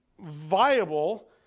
viable